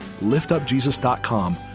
liftupjesus.com